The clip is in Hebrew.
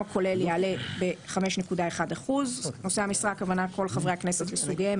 הכולל יעלה ב-5.1%." נושאי המשרה הכוונה לכול חברי הכנסת לסוגיהם,